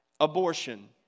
Abortion